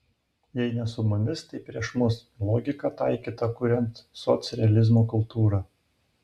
jei ne su mumis tai prieš mus logika taikyta kuriant socrealizmo kultūrą